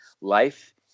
life